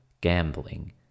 gambling